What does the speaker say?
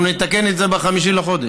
אנחנו נתקן את זה ב-5 בחודש,